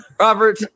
Robert